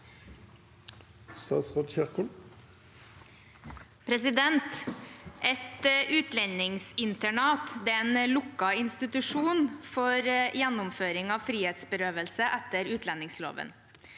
Et utlen- dingsinternat er en lukket institusjon for gjennomføring av frihetsberøvelse etter utlendingsloven.